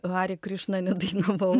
hari krišna nedainavau